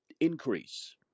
increase